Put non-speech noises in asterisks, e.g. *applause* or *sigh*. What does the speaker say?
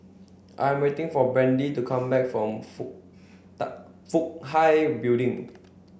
I'm waiting for Brandee to come back from for *unintelligible* Fook Hai Building